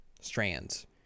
Strands